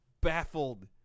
Baffled